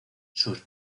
sus